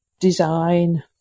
Design